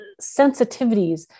sensitivities